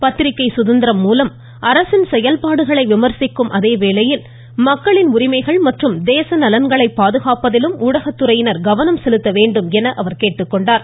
பத்திரிக்கை சுதந்திரம் மூலம் அரசின் செயல்பாடுகளை விமர்சிக்கும் அதேவேளையில் மக்களின் உரிமைகள் மற்றும் தேச நலன்களை பாதுகாப்பதிலும் ஊடக துறையினர் கவனம் செலுத்த வேண்டும் என கேட்டுக்கொண்டார்